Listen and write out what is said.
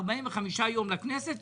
45 יום לכנסת,